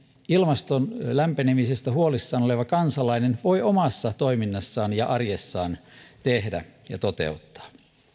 ilmaston lämpenemisestä huolissaan oleva kansalainen voi omassa toiminnassaan ja arjessaan tehdä ja toteuttaa